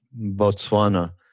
Botswana